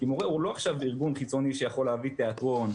כי מורה הוא לא עכשיו בארגון חיצוני שיכול להביא תיאטרון,